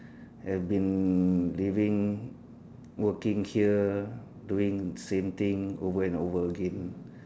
I've been living working here doing same thing over and over again